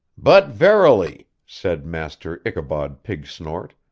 but, verily said master ichabod pigsnort,